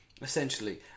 essentially